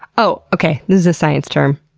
oh, okay, this is a science term!